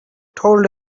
told